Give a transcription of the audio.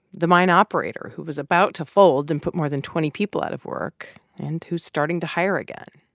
the mine operator who was about to fold than put more than twenty people out of work and who's starting to hire again.